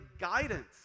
guidance